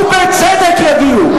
ובצדק יגיעו.